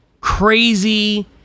crazy